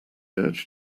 urge